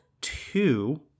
two